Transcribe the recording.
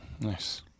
Nice